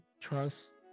trust